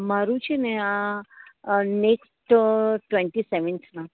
મારુ છે ને આ નેક્સ્ટ ટવેન્ટી સેવેન્થમાં